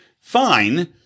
Fine